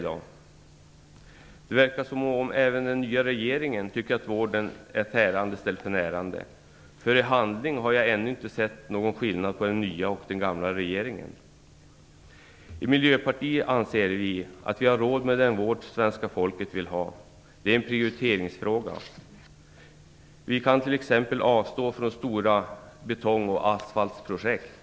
Det verkar som att även den nya regeringen tycker att vården är tärande i stället för närande. I handlingar har jag ännu inte sett någon skillnad mellan den nya och den gamla regeringen. I Miljöpartiet anser vi att vi har råd med den vård som svenska folket vill ha. Det är en prioriteringsfråga. Vi kan t.ex. avstå från stora betong och asfaltsprojekt.